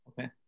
Okay